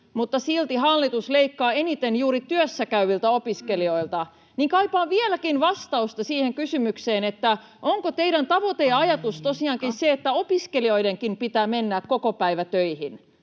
mutta silti hallitus leikkaa eniten juuri työssä käyviltä opiskelijoilta, niin kaipaan vieläkin vastausta siihen kysymykseen, onko teidän tavoitteenne ja [Puhemies: Aika!] ajatuksenne tosiaankin se, että opiskelijoidenkin pitää mennä kokopäivätöihin,